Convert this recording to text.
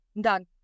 Done